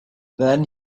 then